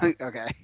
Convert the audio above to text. Okay